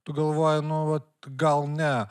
tu galvoji nu vat gal ne